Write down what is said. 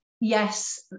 yes